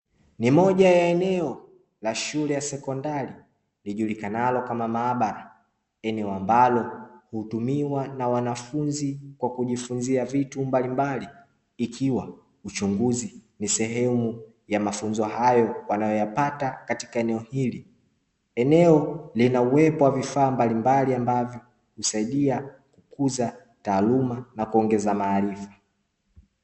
Ni moja ya eneo la shule ya sekondari lijulikanalo kama maabara, eneo ambalo hutumiwa na wanafunzi kwa kujifunzia vitu mbalimbali ikiwa uchunguzi ni sehemu ya mafunzo hayo wanayoyapata katika eneo hilo, eneo lina uwepo wa vifaa mbalimbali ambavyo husaidia kukuza taaluma na kuongeza maarifa.